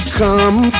come